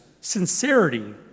sincerity